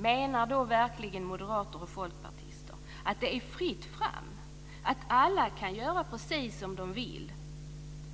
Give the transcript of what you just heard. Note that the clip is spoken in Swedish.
Menar verkligen moderater och folkpartister att det är fritt fram, att alla kan göra precis som de vill